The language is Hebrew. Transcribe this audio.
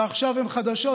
ועכשיו הן חדשות,